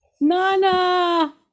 nana